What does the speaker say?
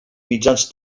mitjans